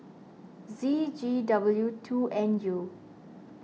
Z G W two N U